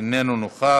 אינו נוכח,